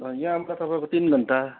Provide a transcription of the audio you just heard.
यहाँ अन्त तपाईँको तिन घन्टा